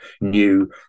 new